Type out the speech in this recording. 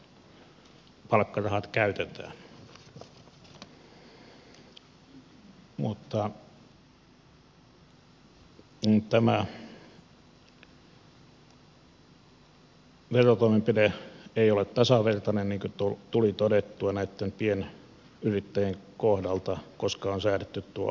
tämä verotoimenpide ei ole tasavertainen niin kuin tuli todettua näitten pienyrittäjien kohdalla koska on säädetty tuo alaraja